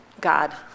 God